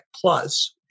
plus